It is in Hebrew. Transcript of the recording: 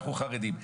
אנחנו חרדים,